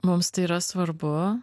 mums tai yra svarbu